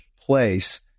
place